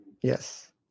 Yes